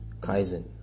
Kaizen